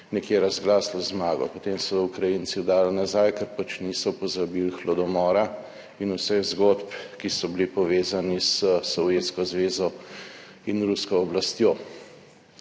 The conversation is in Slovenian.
nekje razglasili zmago. Potem so Ukrajinci dali nazaj, ker pač niso pozabili Holodomora in vseh zgodb, ki so bili povezani s Sovjetsko zvezo in rusko oblastjo